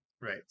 Right